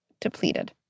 depleted